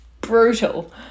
brutal